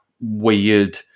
weird